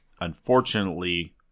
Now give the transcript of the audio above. unfortunately